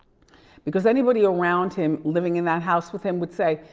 because anybody around him living in that house with him would say,